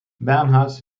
bernhard